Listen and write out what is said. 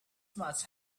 must